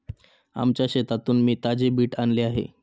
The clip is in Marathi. आमच्या शेतातून मी ताजे बीट आणले आहे